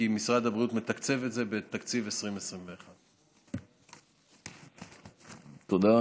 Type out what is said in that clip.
כי משרד הבריאות מתקצב את זה בתקציב 2021. תודה.